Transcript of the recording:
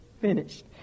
finished